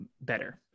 better